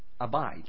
Abide